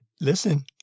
listen